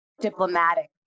diplomatic